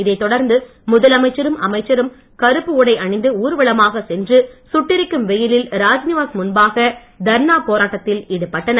இதை தொடர்ந்து முதலமைச்சரும் அமைச்சர்களும் கருப்பு உடை அணிந்து ஊர்வலமாக சென்று சுட்டெரிக்கும் வெயிலில் ராஜ்நிவாஸ் முன்பாக தர்ணா போராட்டத்தில் ஈடுபட்டனர்